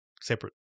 separate